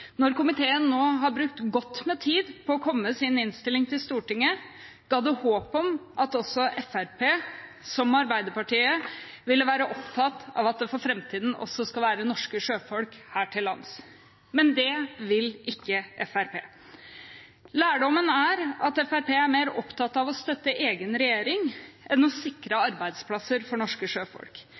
Når komiteen nå har brukt godt med tid på å komme med sin innstilling til Stortinget, ga det håp om at også Fremskrittspartiet – som Arbeiderpartiet – ville være opptatt av at det for framtiden også skal være norske sjøfolk her til lands, men det vil ikke Fremskrittspartiet. Lærdommen er at Fremskrittspartiet er mer opptatt av å støtte egen regjering enn å sikre arbeidsplasser for norske sjøfolk.